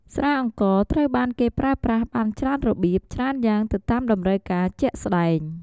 ស្រាអង្ករត្រូវបានគេប្រើប្រាស់បានច្រើនរបៀបច្រើនយ៉ាងទៅតាមតម្រូវការជាក់ស្ដែង។